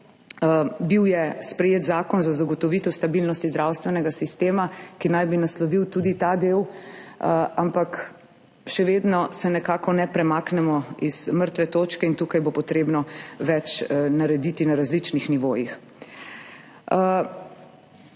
njunih ukrepih za zagotovitev stabilnosti zdravstvenega sistema, ki naj bi naslovil tudi ta del, ampak še vedno se nekako ne premaknemo z mrtve točke in tukaj bo potrebno več narediti na različnih nivojih.